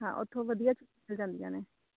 ਹਾਂ ਉੱਥੋਂ ਵਧੀਆ ਮਿਲ ਜਾਂਦੀਆਂ ਨੇ